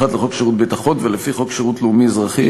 לחוק שירות ביטחון ולפי חוק שירות לאומי-אזרחי,